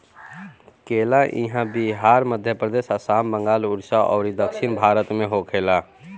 केला इहां बिहार, मध्यप्रदेश, आसाम, बंगाल, उड़ीसा अउरी दक्षिण भारत में होखेला